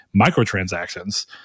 microtransactions